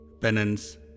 penance